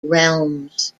realms